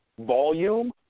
volume